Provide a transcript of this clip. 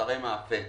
ומוצרי מאפה.